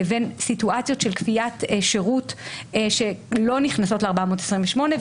לבין סיטואציות של כפיית שירות שלא נכנסות ל-428.